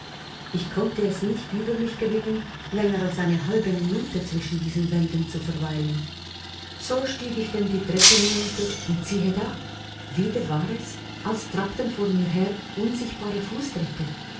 ich konnte es nicht über mich gewinnen länger als eine halbe minute zwischen diesen wänden zu verweilen so stieg ich denn die treppe hinunter und siehe da wieder war es als trappten vor mir her unsichtbare fußtritte